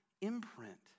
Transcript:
imprint